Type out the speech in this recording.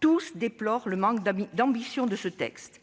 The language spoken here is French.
tous déplorent le manque d'ambition de ce texte.